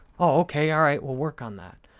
okay, all right, we'll work on that.